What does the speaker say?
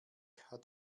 hat